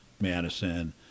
Madison